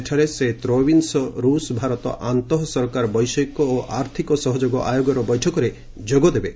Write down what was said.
ସେଠାରେ ସେ ତ୍ରୟୋବିଂଶ ରୁଷ ଭାରତ ଆନ୍ତଃ ସରକାର ବୈଷୟିକ ଓ ଆର୍ଥିକ ସହଯୋଗ ଆୟୋଗର ବୈଠକରେ ଯୋଗ ଦେବେ